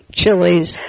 chilies